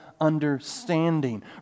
understanding